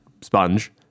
sponge